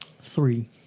Three